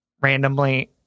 randomly